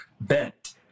Bent